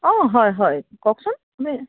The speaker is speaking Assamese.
অঁ হয় হয় কওকচোন কোনে